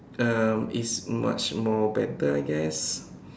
um is much more better I guess